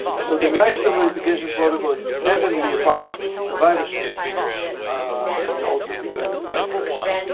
so the lifestyle modification protocol is definitely a part of survivorship, which we also need to emphasize very much.